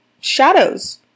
shadows